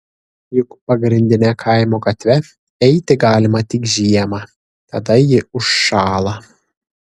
juk pagrindine kaimo gatve eiti galima tik žiemą tada ji užšąla